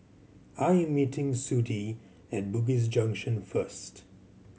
I am meeting Sudie at Bugis Junction first